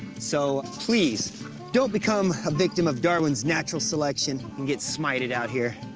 so please don't become a victim of darwin's natural selection and get smited out here.